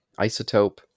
isotope